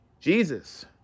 Jesus